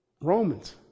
Romans